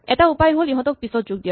এটা উপায় হ'ল ইহঁতক পিছত যোগ দিয়া